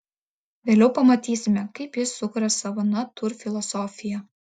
vėliau pamatysime kaip jis sukuria savo natūrfilosofiją